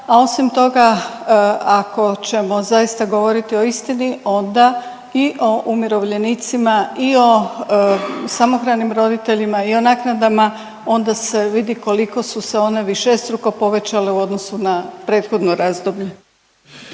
a osim toga ćemo zaista govoriti o istini onda i o umirovljenicima i o samohranim roditeljima i o naknadama onda se vidi koliko su se one višestruko povećale u odnosu na prethodno razdoblje.